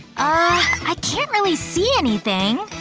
ah i can't really see anything,